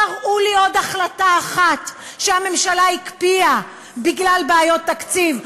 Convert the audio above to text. תראו לי עוד החלטה אחת שהממשלה הקפיאה בגלל בעיות תקציב,